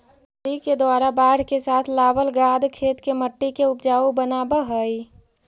नदि के द्वारा बाढ़ के साथ लावल गाद खेत के मट्टी के ऊपजाऊ बनाबऽ हई